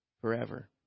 forever